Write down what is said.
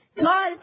God